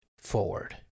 forward